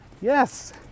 Yes